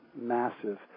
massive